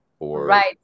Right